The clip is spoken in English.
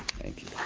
thank you.